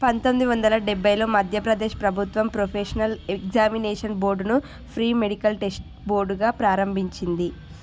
పంతొమ్మిది వందల డెబ్బైలో మధ్యప్రదేశ్ ప్రభుత్వం ప్రొఫెషనల్ ఎగ్జామినేషన్ బోర్డును ఫ్రీ మెడికల్ టెస్ట్ బోర్డుగా ప్రారంభించింది